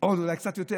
או אולי קצת יותר.